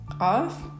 off